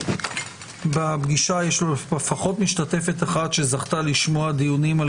יש לפחות משתתפת אחת שזכתה לשמוע דיונים על